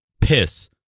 piss